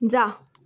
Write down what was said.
जा